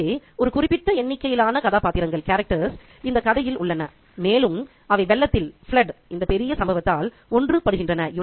எனவே ஒரு குறிப்பிட்ட எண்ணிக்கையிலான கதாபாத்திரங்கள் இந்த கதையில் உள்ளன மேலும் அவை வெள்ளத்தின் இந்த பெரிய சம்பவத்தால் ஒன்றுபடுகின்றன